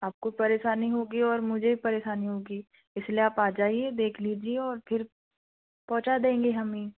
आपको परेशानी होगी और मुझे भी परेशानी होगी इसलिए आप आ जाइए देख लीजिए और फिर पहुँचा देंगे हम ही